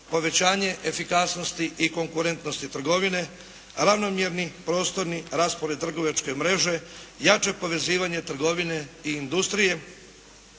povećanje efikasnosti i konkurentnosti trgovine, ravnomjerni prostorni raspored trgovačke mreže, jače povezivanje trgovine i industrije,